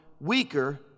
weaker